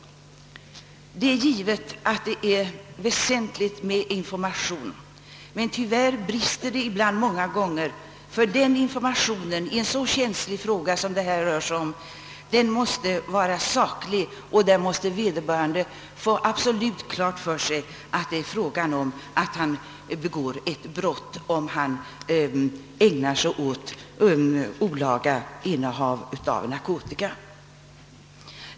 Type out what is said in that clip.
Det är givetvis väsentligt med information, men tyvärr brister det ibland många gånger i detta avseende. Den information som ges i en så känslig fråga som denna måste vara saklig och göra absolut klart för vederbörande, att han begår ett brott om han gör sig skyldig till olaga innehav av narkotika.